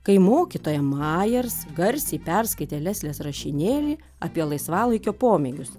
kai mokytoja majers garsiai perskaitė leslės rašinėlį apie laisvalaikio pomėgius